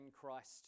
Christ